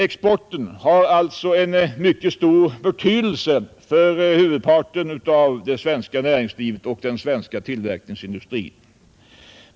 Exporten har alltså en mycket stor betydelse för huvudparten av den svenska tillverkningsindustrin.